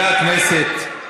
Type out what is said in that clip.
חברי הכנסת,